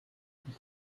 دوس